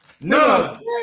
None